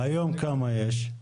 היום כמה יש?